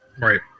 Right